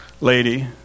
lady